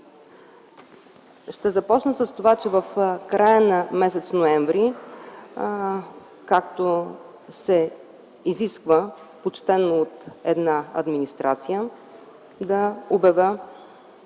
Ще започна с това, че в края на м. ноември, както се изисква почтено от една администрация, да обявя